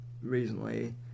recently